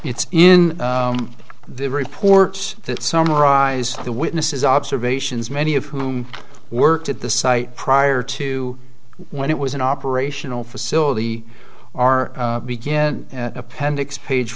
it's in the reports that summarize the witnesses observations many of whom worked at the site prior to when it was an operational facility are begin at appendix page